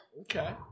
Okay